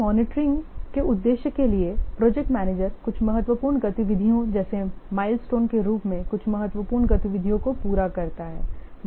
इसलिए इस मॉनिटरिंग के उद्देश्य के लिए प्रोजेक्ट मैनेजर कुछ महत्वपूर्ण गतिविधियों जैसे माइलस्टोन के रूप में कुछ महत्वपूर्ण गतिविधियों को पूरा करता है